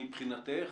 מבחינתך,